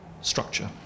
structure